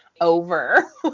over